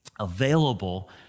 available